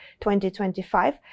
2025